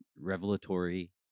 revelatory